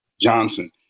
Johnson